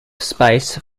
space